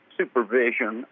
supervision